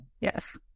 Yes